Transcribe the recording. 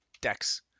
decks